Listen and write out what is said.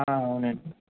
అవునండి